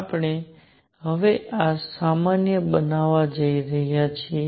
આપણે હવે આને સામાન્ય બનાવવા જઈ રહ્યા છીએ